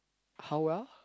how well